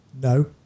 No